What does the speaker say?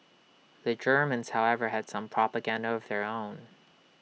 the Germans however had some propaganda of their own